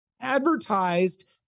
advertised